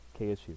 KSU